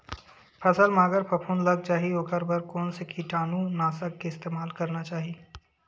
फसल म अगर फफूंद लग जा ही ओखर बर कोन से कीटानु नाशक के इस्तेमाल करना चाहि?